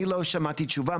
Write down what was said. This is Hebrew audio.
אני לא שמעתי תשובה,